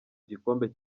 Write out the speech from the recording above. gikombe